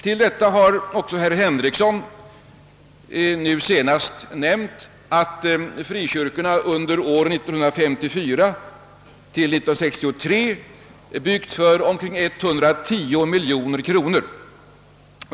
Till detta har herr Henrikson nu senast nämnt att frikyrkorna under åren 1954—1963 byggt för omkring 110 miljoner kronor.